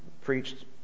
preached